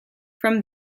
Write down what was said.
from